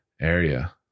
area